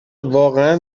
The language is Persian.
واقعا